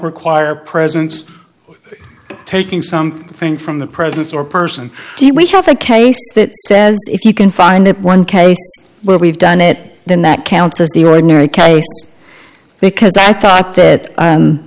require presence taking something from the presence or person do we have a case that says if you can find that one case where we've done it then that counts as the ordinary case because i thought that